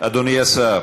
אדוני השר,